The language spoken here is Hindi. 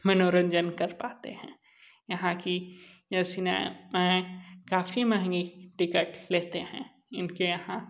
मनोरंजन कर पाते हैं यहाँ की सीनामें काफ़ी महंगी टिकट लेते हैं इनके यहाँ